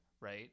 right